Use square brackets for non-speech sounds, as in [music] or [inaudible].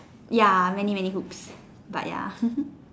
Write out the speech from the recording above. ya many many hooks but ya [laughs]